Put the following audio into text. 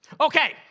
Okay